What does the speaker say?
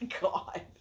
god